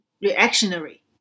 reactionary